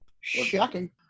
shocking